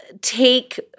take